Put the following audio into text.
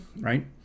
right